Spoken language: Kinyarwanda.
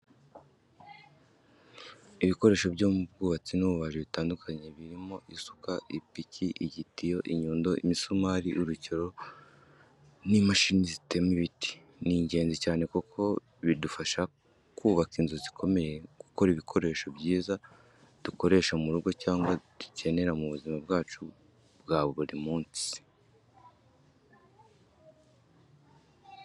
Ibikoresho byo mu bwubatsi n'iby'ububaji bitandukanye, birimo isuka, ipiki, igitiyo, inyundo, imisumari, urukero, n’imashini zitema ibiti. Ni ingenzi cyane kuko bidufasha kubaka inzu zikomeye, gukora ibikoresho byiza dukoresha mu rugo cyangwa dukenera mu buzima bwacu bwa buri munsi.